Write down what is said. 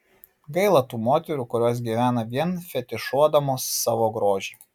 gaila tų moterų kurios gyvena vien fetišuodamos savo grožį